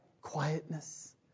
quietness